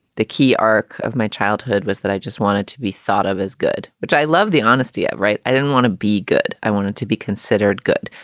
the key arc of my childhood was that i just wanted to be thought of as good, which i love the honesty. right. i didn't want to be good. i wanted to be considered good,